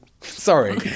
Sorry